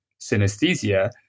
synesthesia